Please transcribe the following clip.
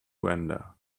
render